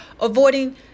avoiding